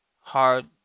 hard